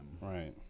Right